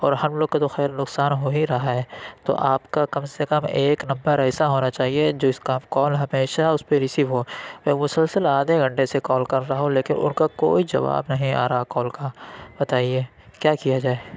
اور ہم لوگ کا تو خیر نقصان ہو ہی رہا ہے تو آپ کا کم سے کم ایک نمبر ایسا ہونا چاہیے جس کا آپ کال ہمیشہ اُس پہ ریسیو ہو میں مسلسل آدھے گھنٹے سے کال کر رہا ہوں لیکن اُن کا کوئی جواب نہیں آ رہا کال کا بتائیے کیا کیا جائے